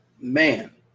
Man